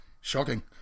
shocking